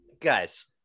guys